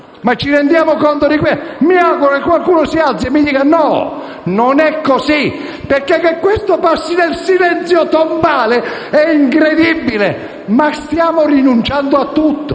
Ci rendiamo conto di questo? Mi auguro che qualcuno si alzi e mi dica che non è così. Che questo passi nel silenzio tombale è incredibile. Stiamo rinunciando a tutto?